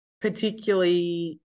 particularly